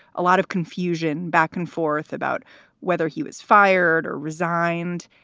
a lot of confusion back and forth about whether he was fired or resigned.